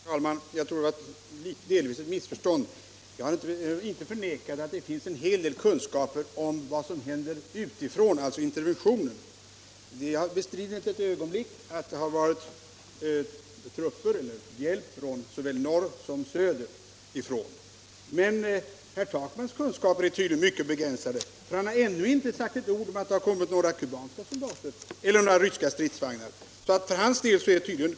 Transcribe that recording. Herr talman! Jag tror att det delvis har uppstått ett missförstånd. Jag har inte förnekat att det finns en hel del kunskaper om interventioner utifrån. Jag bestrider inte ett ögonblick att det har kommit trupper eller annan hjälp från såväl norr som söder. Men herr Takmans kunskaper är tydligen mycket begränsade, för han har ännu inte sagt ett ord om att det har kommit några kubanska soldater eller några ryska stridsvagnar.